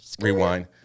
Rewind